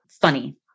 funny